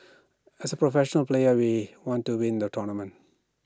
as professional players we want to win the tournament